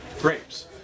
grapes